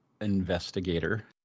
investigator